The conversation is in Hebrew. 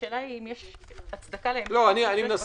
השאלה היא האם יש הצדקה להמשך --- אני מנסה